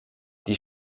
die